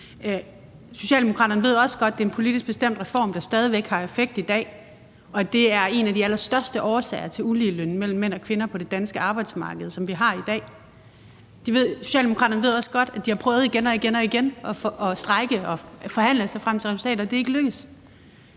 Socialdemokraterne ved også godt, at det er en politisk bestemt reform, der stadig væk har effekt i dag, og at det er en af de allerstørste årsager, der er i dag, til uligelønnen for mænd og kvinder på det danske arbejdsmarked. Socialdemokraterne ved også godt, at de har prøvet igen og igen at strejke og forhandle sig frem til resultater, og det er ikke lykkedes.